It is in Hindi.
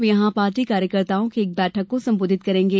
वे यहां पार्टी कार्यकर्ताओं की एक बैठक को संबोधित करेगें